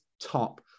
top